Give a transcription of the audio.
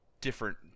different